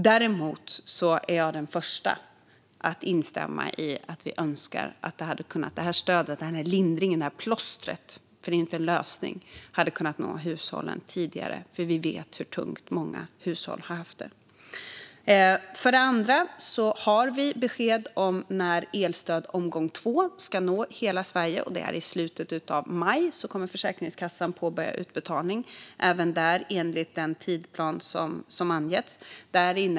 Däremot är jag den första att instämma i att vi önskar att detta stöd, denna lindring, detta plåster - för det är inte en lösning - hade kunnat nå hushållen tidigare. Vi vet hur tungt många hushåll har haft det. För det andra har vi besked om när elstöd omgång två ska nå hela Sverige. I slutet av maj kommer Försäkringskassan att påbörja utbetalning, även där enligt den tidsplan som angetts.